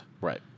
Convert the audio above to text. Right